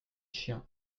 chien